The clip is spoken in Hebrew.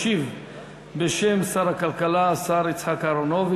ישיב בשם שר הכלכלה השר